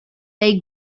they